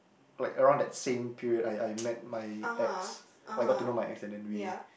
like around that same period I I met my ex I got to know my ex and then we